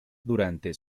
durante